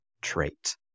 trait